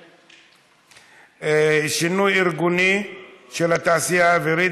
מס' 8883: שינוי ארגוני בתעשייה האווירית